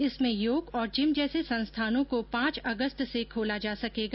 इसमें योग और जिम जैसे संस्थानों को पांच अगस्त से खोला जा सकेगा